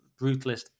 brutalist